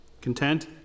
Content